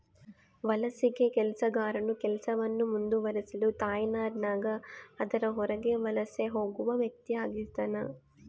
ವಲಸಿಗ ಕೆಲಸಗಾರನು ಕೆಲಸವನ್ನು ಮುಂದುವರಿಸಲು ತಾಯ್ನಾಡಿನಾಗ ಅದರ ಹೊರಗೆ ವಲಸೆ ಹೋಗುವ ವ್ಯಕ್ತಿಆಗಿರ್ತಾನ